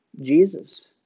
Jesus